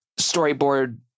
storyboard